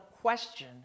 question